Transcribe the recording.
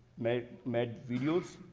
made made videos,